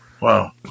Wow